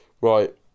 Right